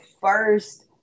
first